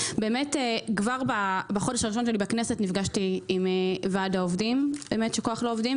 כבר בחודש הראשון שלי בכנסת נפגשתי עם ועד העובדים של כוח לעובדים,